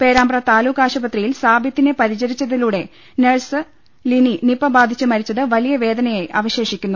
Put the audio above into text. പേരാമ്പ്ര താലൂക്ക് ആശുപത്രിയിൽ സാബിത്തിനെ പരിചരിച്ചതിലൂടെ നഴ്സ് ലിനി നിപ ബാധിച്ച് മരിച്ചത് വലിയ വേദനയായി അവശേഷിക്കുന്നു